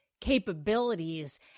Capabilities